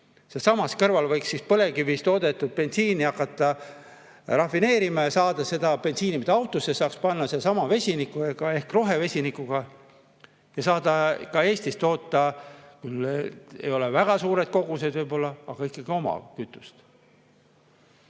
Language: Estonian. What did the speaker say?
Sealsamas kõrval võiks põlevkivist toodetud bensiini hakata rafineerima ja saada seda bensiini, mida autosse saaks panna, sellesama vesiniku ehk rohevesinikuga ja saada ka Eestis toota. Need ei ole küll väga suured kogused võib-olla, aga ikkagi oma kütus.